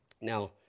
Now